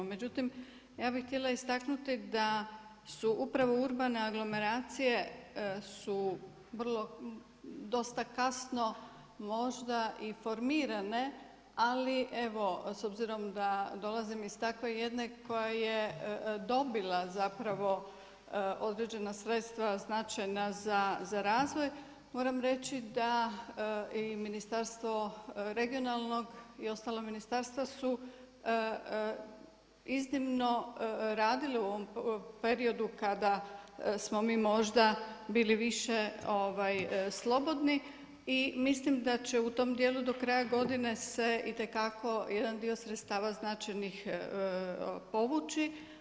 Međutim ja bih htjela istaknuti da su upravo urbane aglomeracije su vrlo dosta kasno možda i formirane, ali evo s obzirom da dolazim iz takve jedne koja je dobila određena sredstva značajna za razvoj, moram reći da i Ministarstvo regionalnog i ostala ministarstva su iznimno radili u ovom periodu kada smo mi možda bili više slobodni i mislim da će u tom dijelu do kraja godine se itekako jedan dio sredstava značajnih povući.